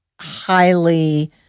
highly